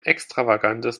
extravagantes